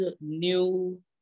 new